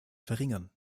verringern